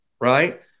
Right